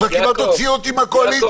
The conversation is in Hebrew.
כבר כמעט הוציאו אותי מהקואליציה,